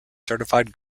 certified